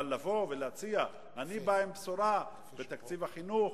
אבל לבוא ולהציע, אני בא עם בשורה בתקציב החינוך,